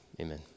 amen